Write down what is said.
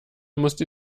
musste